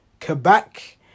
Quebec